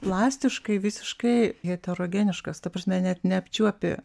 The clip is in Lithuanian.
plastiškai visiškai heterogeniškas ta prasme net neapčiuopi